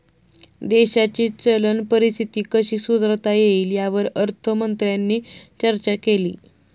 देशाची चलन परिस्थिती कशी सुधारता येईल, यावर अर्थमंत्र्यांनी चर्चा केली